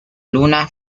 luna